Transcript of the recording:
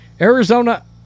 Arizona